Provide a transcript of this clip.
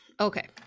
Okay